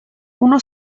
uno